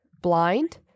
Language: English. Blind